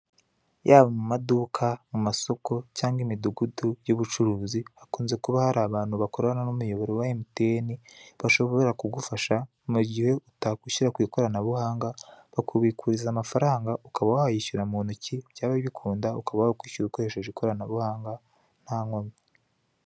Yaba mu maduka, mu masoko cyangwa imidugudu y'ubucuruzi, hakunze kuba hari abantu bakorana n'umuyoboro wa emutiyeni bashobora kigufasha mu gihe utakwishyura ku ikoranabuhanga. Bakubikuriza amafaranga ukaba wayishyira mu ntoki, cyangwa bikunda ukaba wakwishyura ku ikoranabuhanga, nta nkomyi.